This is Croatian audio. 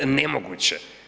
Nemoguće.